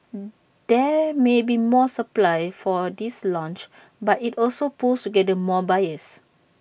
there may be more supply for this launch but IT also pools together more buyers